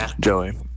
Joey